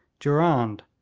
durand,